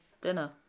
dinner